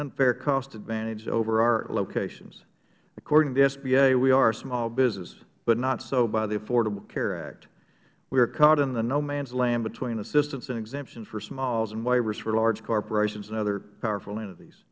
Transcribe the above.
unfair cost advantage over our locations according to the sba we are a small business but not so by the affordable care act we are caught in the no man's land between assistance and exemptions for smalls and waivers for large corporations and other powerful ent